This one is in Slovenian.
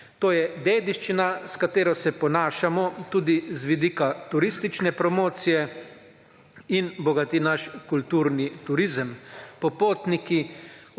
To je dediščina, s katero se ponašamo tudi z vidika turistične promocije in bogati naš kulturni turizem. Popotniki,